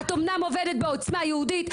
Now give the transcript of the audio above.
את אומנם עובדת בעוצמה יהודית,